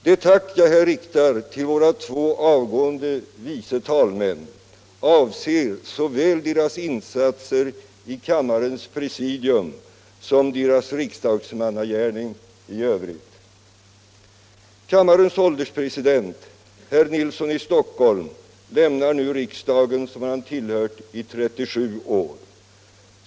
Det tack jag här riktar till våra två avgående vice talmän avser såväl deras insatser i kammarens presidium som deras riksdagsmannagärning i övrigt. Kammarens ålderspresident herr Nilsson i Stockholm lämnar nu riksdagen, som han tillhört i 37 år.